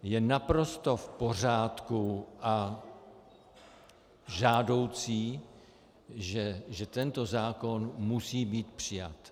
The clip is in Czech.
Je naprosto v pořádku a žádoucí, že tento zákon musí být přijat.